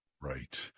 Right